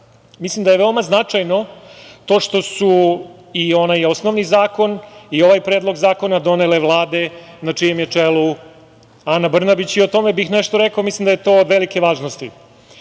prava. Mislim da je veoma značajno to što su i onaj osnovni zakon i ovaj predlog zakona donele vlade na čijem je čelu Ana Brnabić i o tome bih nešto rekao, jer mislim da je to od velike važnosti. Dakle,